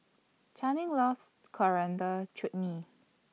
Channing loves Coriander Chutney